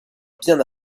bien